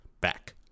Back